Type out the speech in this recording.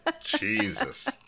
jesus